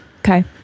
Okay